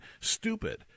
stupid